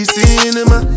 cinema